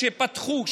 כשפתחו,